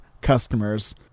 customers